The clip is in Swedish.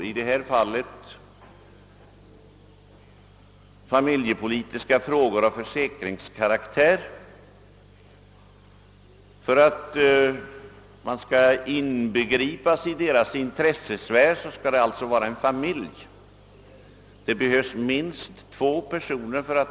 För att man skall inneslutas i kommitténs intressesfär måste det alltså vara fråga om en familj, d.v.s. minst två personer.